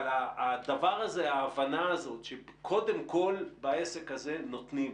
אבל ההבנה הזו שקודם כל בעסק הזה נותנים,